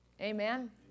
Amen